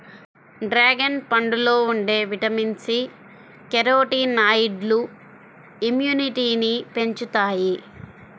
dragon పండులో ఉండే vitamin C, కెరోటినాయిడ్లు ఇమ్యునిటీని పెంచుతాయి